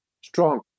strong